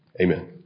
Amen